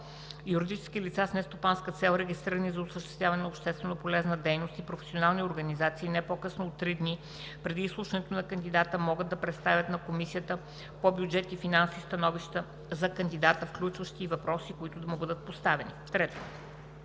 2. Юридически лица с нестопанска цел, регистрирани за осъществяване на общественополезна дейност, и професионални организации, не по-късно от три дни преди изслушването на кандидата може да представят на Комисията по бюджет и финанси становища за кандидата, включващи и въпроси, които да му бъдат поставени.